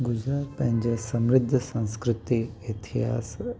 गुजरात पंहिंजा समृध संस्कृति इतिहासु